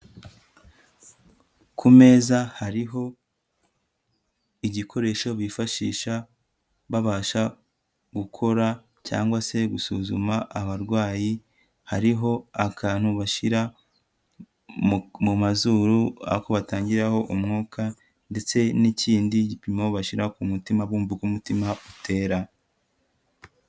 Ku meza hariho igikoresho bifashisha babasha gukora cyangwa se gusuzuma abarwayi, hariho akantu bashyira mu mazuru, ako batangiraho umwuka, ndetse n'ikindi gipimo bashyira ku mutima bumva uko umutima utera.